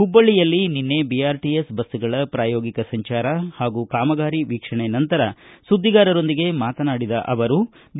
ಹುಬ್ಬಳ್ಳಿಯಲ್ಲಿ ನಿನ್ನೆ ಬಿಆರ್ಟಿಎಸ್ ಬಸ್ಗಳ ಪ್ರಾಯೋಗಿಕ ಸಂಚಾರ ಹಾಗೂ ಕಾಮಗಾರಿ ವೀಕ್ಷಣೆ ನಂತರ ಸುದ್ದಿಗಾರರೊಂದಿಗೆ ಮಾತನಾಡಿದ ಅವರು ಬಿ